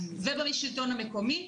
ובשלטון המקומי,